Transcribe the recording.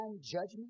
judgment